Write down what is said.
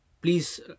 please